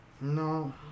No